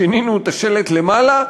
שינינו את השלט למעלה,